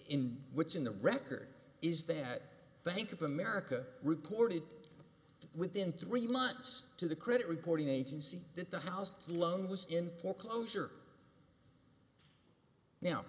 in which in the record is that bank of america reported within three months to the credit reporting agency that the house loan was in foreclosure